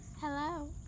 Hello